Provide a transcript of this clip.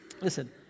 Listen